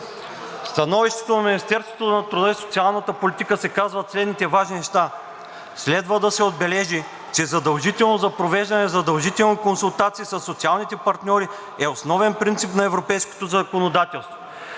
становището на Министерството на труда и социалната политика се казват следните важни неща: „Следва да се отбележи, че задължително за провеждане задължителна консултация със социалните партньори е основен принцип на европейското законодателство,